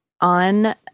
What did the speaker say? on